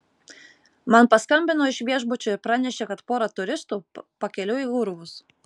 man paskambino iš viešbučio ir pranešė kad pora turistų pakeliui į urvus